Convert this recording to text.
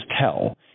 tell